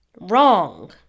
Wrong